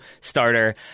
starter